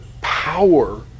power